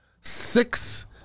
six